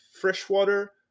freshwater